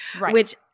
which-